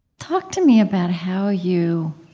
talk to me about how you